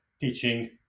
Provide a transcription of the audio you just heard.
teaching